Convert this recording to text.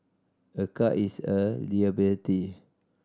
a car is a liability